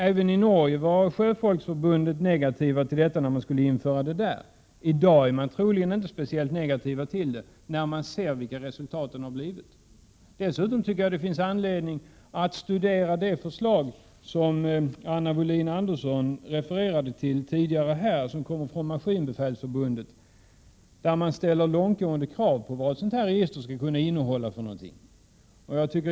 Även det norska sjöfolksförbundet var negativt till detta när det skulle införas i Norge. I dag är man inom sjöfolksförbundet troligen inte speciellt negativ till det när man ser vilka resultat det har gett. Dessutom tycker jag att det finns anledning att studera det förslag från Maskinbefälsförbundet som Anna Wohlin-Andersson refererade till tidigare. I detta förslag ställs långtgående krav på vad ett sådant register skulle innehålla.